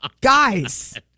Guys